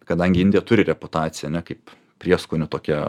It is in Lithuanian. kadangi indija turi reputaciją ane kaip prieskonių tokia